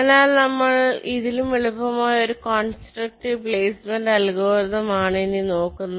അതിനാൽ നമ്മൾ ഇതിലും എളുപ്പമായ ഒരു കോൺസ്ട്രക്റ്റീവ് പ്ലേസ്മെന്റ് അൽഗോരിതം ആണ് ഇനി നോക്കുന്നത്